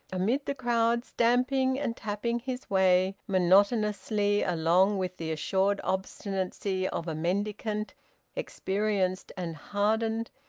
amid the crowd, stamping and tapping his way monotonously along with the assured obstinacy of a mendicant experienced and hardened,